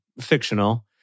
fictional